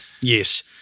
yes